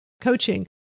coaching